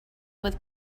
with